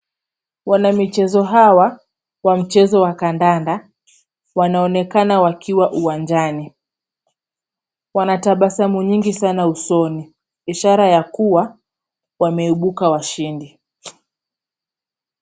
Wanamichezo hawa wa mchezo wa kandanda wanaonekana wakiwa uwanjani. Wanatabasamu nyingi sana usoni ishara ya kuwa wameibuka washindi.